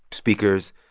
speakers,